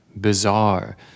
bizarre